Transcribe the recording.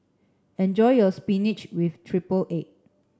enjoy your spinach with triple egg